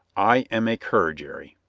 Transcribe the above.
i am a cur, jerry.